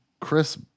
Chris